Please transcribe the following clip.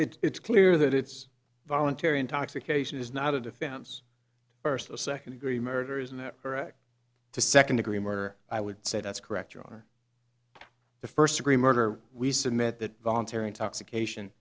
the it's clear that it's voluntary intoxication is not a defense first or second degree murder isn't that correct to second degree murder i would say that's correct your honor the first degree murder we submit that voluntary intoxication